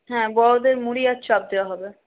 হ্যাঁ বড়োদের মুড়ি আর চপ দেওয়া হবে